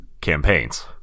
campaigns